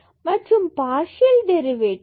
மற்றும் partial derivative x பொறுத்து 2x ஆகும்